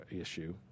issue